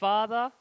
Father